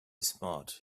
smart